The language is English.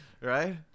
Right